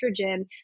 estrogen